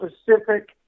specific